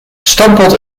stamppot